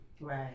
right